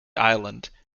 island